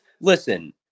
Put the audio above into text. listen